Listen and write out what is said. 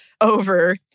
over